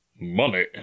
Money